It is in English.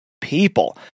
people